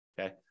Okay